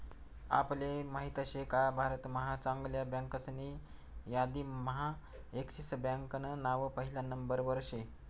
आपले माहित शेका भारत महा चांगल्या बँकासनी यादीम्हा एक्सिस बँकान नाव पहिला नंबरवर शे